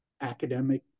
academic